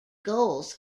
goals